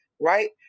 Right